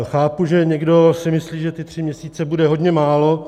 Chápu, že někdo si myslí, že ty tři měsíce bude hodně málo.